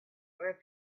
were